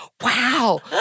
wow